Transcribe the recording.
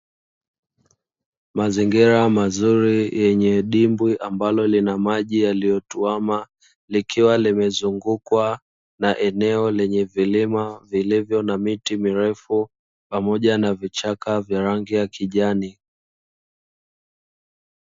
Mazingira mazuri yenye dimbwi, ambalo lina maji yaliyotwama likiwa limezungukwa na eneo lenye vilima vilivyo na miti mirefu pamoja na vichaka vya rangi ya kijani.